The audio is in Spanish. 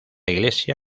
iglesia